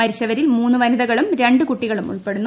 മരിച്ചവരിൽ മൂന്നു വനിതകളും രണ്ടു കുട്ടികളും ഉൾപ്പെടുന്നു